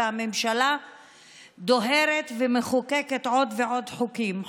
והממשלה דוהרת ומחוקקת עוד ועוד חוקים.